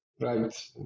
right